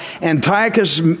Antiochus